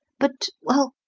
but well,